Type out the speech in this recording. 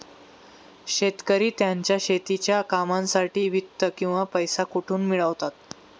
शेतकरी त्यांच्या शेतीच्या कामांसाठी वित्त किंवा पैसा कुठून मिळवतात?